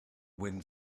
wind